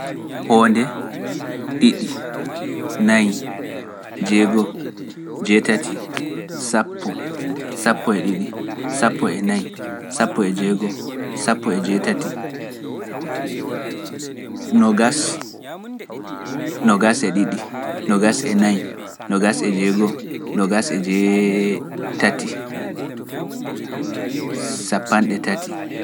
Hoonde ɗiɗi, nayi, jeego, jeetati, sappo, sappo e ɗiɗi, sappo e nayi, sappo e jeegom, sappo e jeetati, nogas, nogas e ɗiɗi, nogas e nayi, nogas e jeegom, nogas e jeetati, sappanɗe tati.